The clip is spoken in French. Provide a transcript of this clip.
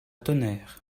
tonnerre